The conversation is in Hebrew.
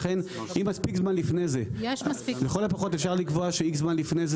לכן אם מספיק זמן לפני זה לכל הפחות אפשר לקבוע שאיקס זמן לפני זה,